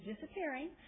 disappearing